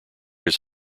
his